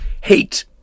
hate